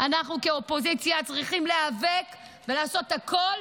אנחנו כאופוזיציה צריכים להיאבק ולעשות הכול